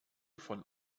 von